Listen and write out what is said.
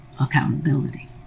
accountability